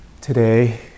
Today